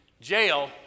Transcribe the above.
Jail